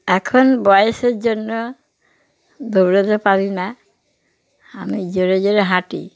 এখন বয়সের জন্য দৌড়োতে পারি না আমি জোরে জোরে হাঁটি